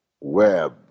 web